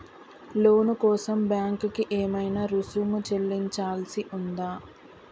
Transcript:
లోను కోసం బ్యాంక్ కి ఏమైనా రుసుము చెల్లించాల్సి ఉందా?